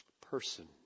person